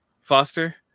Foster